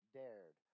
dared